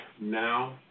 Now